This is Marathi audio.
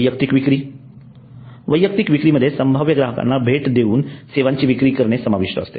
वैयक्तिक विक्री वैयक्तिक विक्रीमध्ये संभाव्य ग्राहकांना भेट देवून सेवांची विक्री करणे समाविष्ट असते